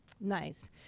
Nice